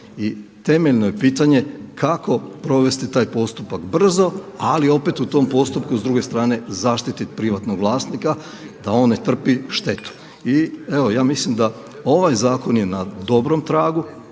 I temeljno je pitanje kako provesti taj postupak brzo, ali opet u tom postupku s druge strane zaštitit privatnog vlasnika da on ne trpi štetu. I evo ja mislim da ovaj zakon je na dobrom tragu,